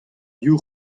div